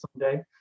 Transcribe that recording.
someday